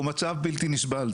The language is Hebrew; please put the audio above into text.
הוא מצב בלתי נסבל,